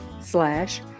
slash